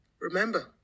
Remember